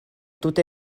tute